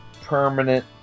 permanent